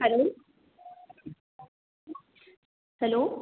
hello hello